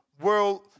world